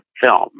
film